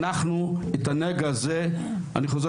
אנחנו את הנגע הזה נשנה.